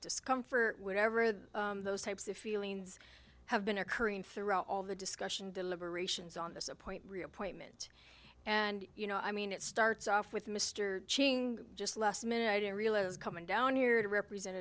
discomfort whatever that those types of feelings have been occurring throughout all the discussion deliberations on this a point re appointment and you know i mean it starts off with mr ching just last minute i didn't realize coming down here to represent